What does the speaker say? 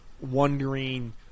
wondering